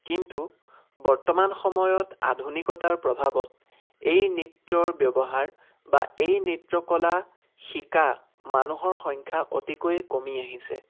কিন্তু বৰ্তমান সময়ত আধুনিকতাৰ প্ৰভাৱত এই নৃত্যৰ ব্যৱহাৰ বা এই নৃত্যকলা শিকা মানুহৰ সংখ্যা অতিকৈ কমি আহিছে